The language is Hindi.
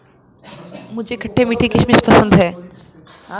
मुझे खट्टे मीठे किशमिश पसंद हैं